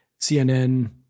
CNN